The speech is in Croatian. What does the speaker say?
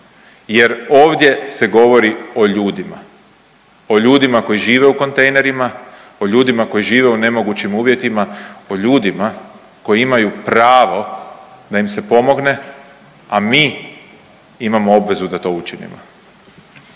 Jer ovdje se govori o ljudima, o ljudima koji žive u kontejnerima, o ljudima koji žive u nemogućim uvjetima, o ljudima koji imaju pravo da im se pomogne, a mi imamo obvezu da to učinimo.